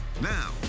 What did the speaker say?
Now